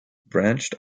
branched